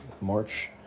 March